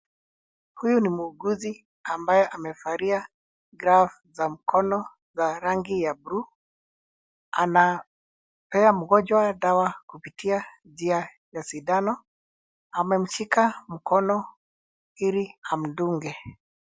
Huyu ni muuguzi ambaye amevalia glavu za mkono za rangi ya bluu. Anapea mgonjwa dawa kupitia sindano. Amemshika mkono ili amdunge.